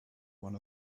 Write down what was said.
one